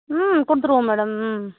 ம் கொடுத்துருவோம் மேடம் ம்